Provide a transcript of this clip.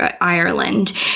Ireland